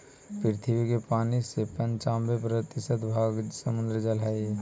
पृथ्वी के पानी के पनचान्बे प्रतिशत भाग समुद्र जल हई